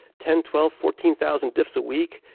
ten, twelve, fourteen thousand diffs a week.